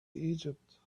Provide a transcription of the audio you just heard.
egypt